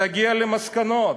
תגיע למסקנות.